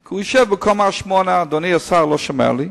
כי הוא יושב בקומה 8. אדוני השר לא שומע לי,